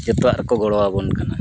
ᱡᱚᱛᱚᱣᱟᱜ ᱠᱚ ᱜᱚᱲᱚ ᱟᱵᱚ ᱠᱟᱱᱟ